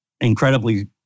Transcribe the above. incredibly